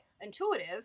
intuitive